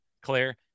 claire